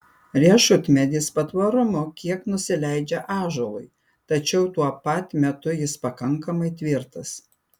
riešutmedis patvarumu kiek nusileidžia ąžuolui tačiau tuo pat metu jis pakankamai tvirtas